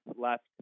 left